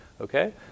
Okay